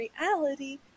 reality